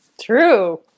True